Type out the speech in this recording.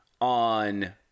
on